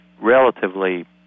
relatively